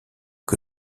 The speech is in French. que